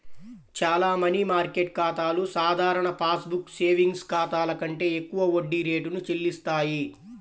చాలా money market ఖాతాలు సాధారణ పాస్ బుక్ సేవింగ్స్ ఖాతాల కంటే ఎక్కువ వడ్డీ రేటును చెల్లిస్తాయి